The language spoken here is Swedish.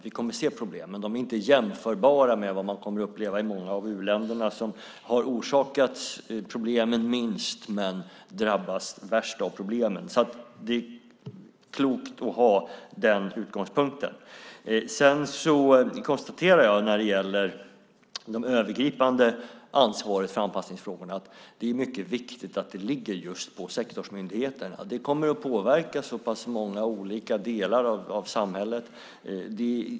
Vi kommer att se problem, men de är inte jämförbara med vad man kommer att uppleva i många av u-länderna som ju har orsakat minst problem men som drabbas värst av problemen. Det är klokt att ha den utgångspunkten. När det gäller det övergripande ansvaret för anpassningsfrågorna konstaterar jag att det är mycket viktigt att det ligger just på sektorsmyndigheterna. Det här kommer att påverka olika delar av samhället.